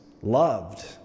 loved